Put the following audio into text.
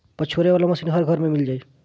पछोरे वाला मशीन हर घरे मिल जाई